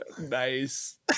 Nice